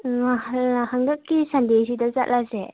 ꯎꯝ ꯍꯟꯗꯛꯀꯤ ꯁꯟꯗꯦꯁꯤꯗ ꯆꯠꯂꯁꯦ